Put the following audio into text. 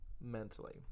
mentally